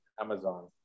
Amazon